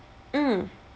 mm